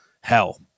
Hell